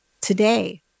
today